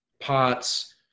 pots